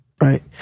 right